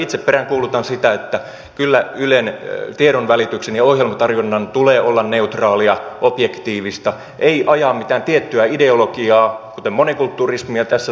itse peräänkuulutan sitä että kyllä ylen tiedonvälityksen ja ohjelmatarjonnan tulee olla neutraalia objektiivista ei ajaa mitään tiettyä ideologiaa kuten monikulturismia tässä tapauksessa